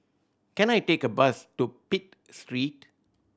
can I take a bus to Pitt Street